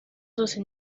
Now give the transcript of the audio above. zose